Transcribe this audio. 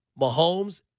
Mahomes